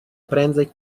prędzej